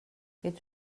ets